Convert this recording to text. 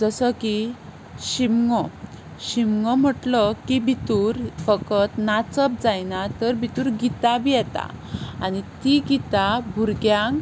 जसो की शिगमो शिगमो म्हटलो की भितर फकत नाचप जायना तर भितर गितां बी येता आनी तीं गितां भुरग्यांक